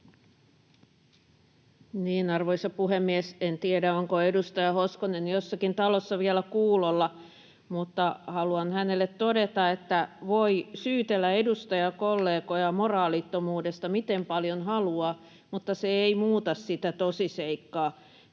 Arvoisa puhemies! En tiedä, onko edustaja Hoskonen jossakin talossa vielä kuulolla, mutta haluan hänelle todeta, että voi syytellä edustajakollegoja moraalittomuudesta miten paljon haluaa mutta se ei muuta sitä tosiseikkaa,